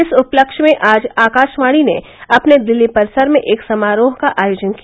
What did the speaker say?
इस उपलक्ष्य में आज आकाशवाणी ने अपने दिल्ली परिसर में एक समारोह का आयोजन किया